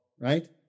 right